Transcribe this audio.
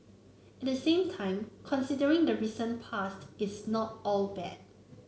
at the same time considering the recent past it's not all bad